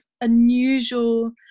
unusual